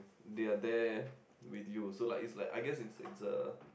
they are there with you also lah it's like I guess it's it's a